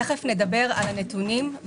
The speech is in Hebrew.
תיכף נדבר על הנתונים.